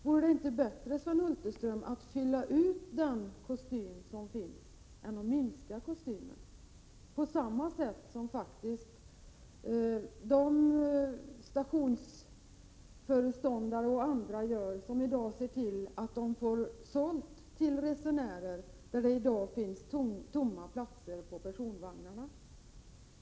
Vore det inte bättre, Sven Hulterström, att fylla ut den kostym som finns än att minska kostymen? Det kunde ske enligt samma linjer som stationsföreståndare och andra faktiskt följer, när de i dag ser till att de får platser sålda till resenärer, då det finns tomma platser i personvagnarna.